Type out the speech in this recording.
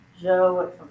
Joe